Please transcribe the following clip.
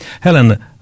Helen